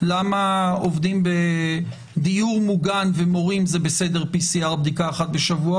למה עובדים בדיור מוגן ומורים זה בסדר PCR בדיקה אחת בשבוע,